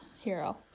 hero